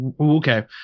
okay